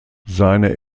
seine